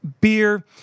Beer